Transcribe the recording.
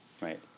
right